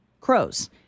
Crows